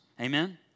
Amen